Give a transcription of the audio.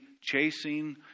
chasing